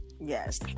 yes